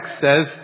says